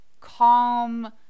calm